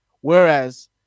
Whereas